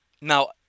Now